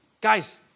Guys